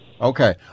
Okay